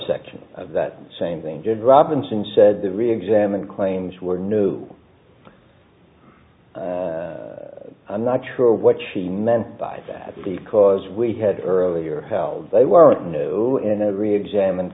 subsection of that same thing did robinson said the reexamined claims were new i'm not sure what she meant by that because we had earlier how they weren't new and reexamined